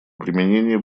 применения